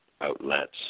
outlets